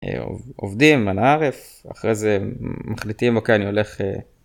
עובדים אנא עארף אחרי זה מחליטים אוקיי אני הולך.